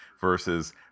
versus